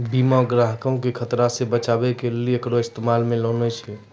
बीमा ग्राहको के खतरा से बचाबै के लेली एकरो इस्तेमाल मे लानै छै